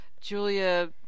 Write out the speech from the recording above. Julia